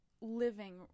living